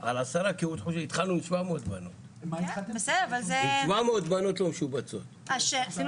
אבל התחלנו עם 700 בנות לא משובצות ועשינו